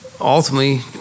ultimately